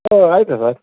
ಹಾಂ ಆಯಿತು ಸರ್